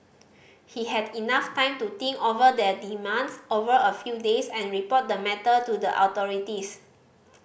he had enough time to think over their demands over a few days and report the matter to the authorities